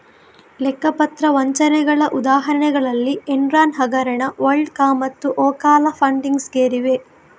ಲೆಕ್ಕ ಪತ್ರ ವಂಚನೆಗಳ ಉದಾಹರಣೆಗಳಲ್ಲಿ ಎನ್ರಾನ್ ಹಗರಣ, ವರ್ಲ್ಡ್ ಕಾಮ್ಮತ್ತು ಓಕಾಲಾ ಫಂಡಿಂಗ್ಸ್ ಗೇರಿವೆ